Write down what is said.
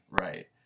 Right